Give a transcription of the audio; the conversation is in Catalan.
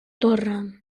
torre